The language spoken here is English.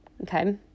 Okay